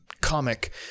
comic